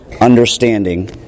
understanding